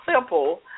simple